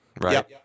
right